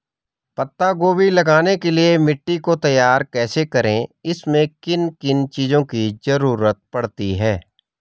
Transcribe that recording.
पत्ता गोभी लगाने के लिए मिट्टी को तैयार कैसे करें इसमें किन किन चीज़ों की जरूरत पड़ती है?